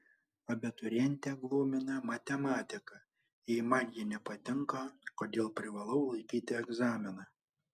abiturientę glumina matematika jei man ji nepatinka kodėl privalau laikyti egzaminą